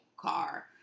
car